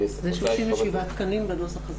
אלה 37 תקנים בנוסח הזה.